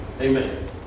Amen